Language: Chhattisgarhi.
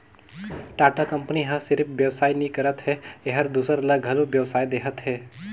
टाटा कंपनी ह सिरिफ बेवसाय नी करत हे एहर दूसर ल घलो बेवसाय देहत हे